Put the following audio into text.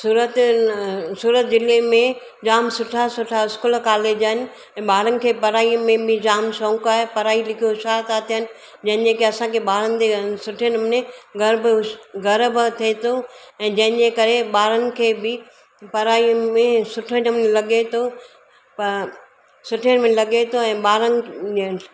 सूरत न सूरत जिले में जाम सुठा सुठा स्कूल कॉलेज आहिनि ऐं ॿारनि खे पढ़ाई में बि जाम शौंक़ु आहे पढ़ाई करे होश्यार था थियण जंहिंजे के असांखे ॿारनि जे सुठे नमूने गर्व गर्व थिए थो जंहिंजे करे ॿारनि खे बि पढ़ाई में सुठे नमूने लॻे थो त सुठे में लॻे थो ऐं ॿारनि